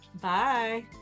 Bye